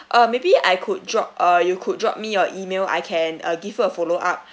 uh maybe I could drop uh you could drop me your email I can uh give you a follow up